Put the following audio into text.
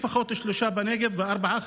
לפחות שלושה בנגב וארבעה,